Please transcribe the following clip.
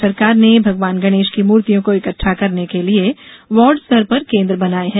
राज्य सरकार ने भगवान गणेश की मूर्तियों को इक्टठा करने के लिए वार्ड स्तर पर केन्द्र बनाये हैं